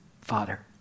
Father